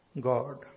God